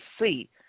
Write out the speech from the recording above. see